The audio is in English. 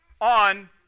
on